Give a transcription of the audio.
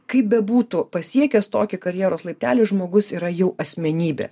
kaip bebūtų pasiekęs tokį karjeros laiptelį žmogus yra jau asmenybė